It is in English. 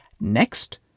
Next